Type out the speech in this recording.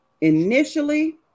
Initially